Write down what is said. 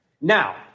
Now